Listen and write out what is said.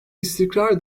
istikrar